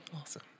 Awesome